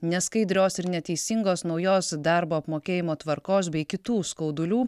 neskaidrios ir neteisingos naujos darbo apmokėjimo tvarkos bei kitų skaudulių